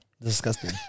Disgusting